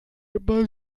immer